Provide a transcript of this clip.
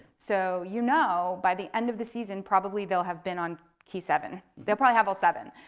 so you know by the end of the season probably they'll have been on key seven. they'll probably have all seven.